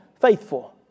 faithful